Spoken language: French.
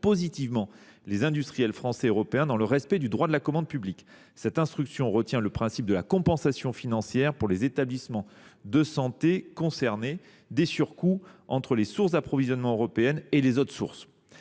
positivement les industriels français et européens, dans le respect du droit de la commande publique. Cette instruction retient le principe de la compensation financière, pour les établissements de santé concernés, des surcoûts entre les sources d’approvisionnement européennes sécurisantes et les autres sources.